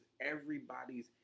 everybody's